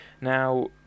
Now